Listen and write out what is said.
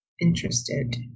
interested